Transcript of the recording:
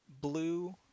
blue